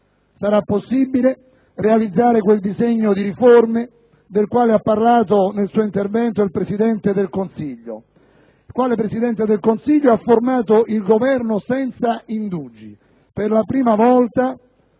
Sarà possibile realizzare quel disegno di riforme del quale ha parlato nel suo intervento il Presidente del Consiglio. Il quale Presidente del Consiglio ha formato il Governo senza indugi, per la prima volta